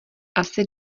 asi